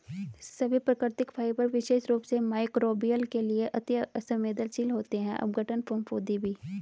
सभी प्राकृतिक फाइबर विशेष रूप से मइक्रोबियल के लिए अति सवेंदनशील होते हैं अपघटन, फफूंदी भी